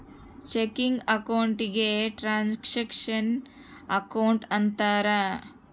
checking account ಗೆ transaction account ಅಂತಾರ